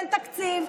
אין תקציב,